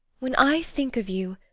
when i think of you,